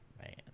Man